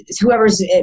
whoever's